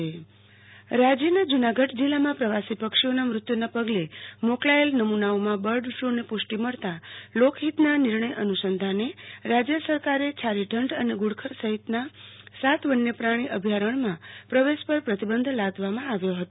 આરતી Bhatt bird flu અભ્યારણ રાજ્યના જુનાગઢ જિલ્લામાં પ્રવાસી પક્ષીઓના મૃત્યુના પગ્લે મોકલાચેલ નમુનાઓમાં બર્ડફલુને પુષ્ટિ મળતા લોકહિતના નિર્ણય અનુસંધાને રાજયસરકારે છારીઠંઢ અને ધુ ડખર સહિતના સાત વન્યપ્રાણી અભ્યારણમાં પ્રવેશ પર પ્રતિબંધ લાદવામાં આવ્યો હતો